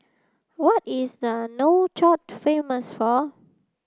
what is the Nouakchott famous for